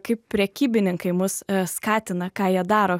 kaip prekybininkai mus skatina ką jie daro